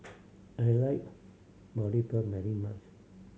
I like Boribap very much